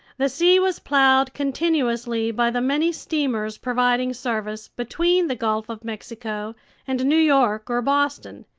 the sea was plowed continuously by the many steamers providing service between the gulf of mexico and new york or boston,